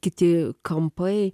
kiti kampai